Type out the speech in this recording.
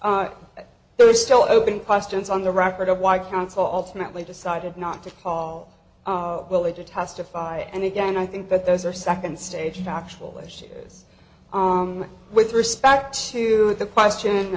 are there are still open questions on the record of why counsel alternately decided not to call willing to testify and again i think that those are second stage factual issues with respect to the question